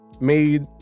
made